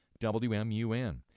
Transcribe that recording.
WMUN